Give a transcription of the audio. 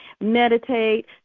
meditate